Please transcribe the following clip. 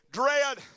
dread